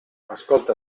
ascolta